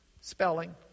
Spelling